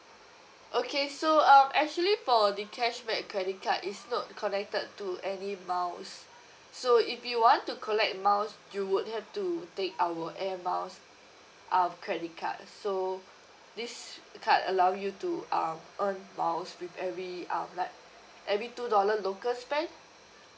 okay so uh actually for the cashback credit card it's not connected to any miles so if you want to collect miles you would have to take our air miles uh credit card so this card allow you to uh earn miles with every uh like every two dollar local spent